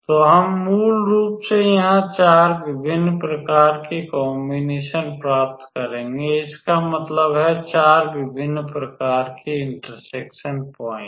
तो हम मूल रूप से यहां 4 विभिन्न प्रकार के कॉमबीनेसन प्राप्त करेंगे इसका मतलब है 4 विभिन्न प्रकार के इंटरसेक्शन पॉइंट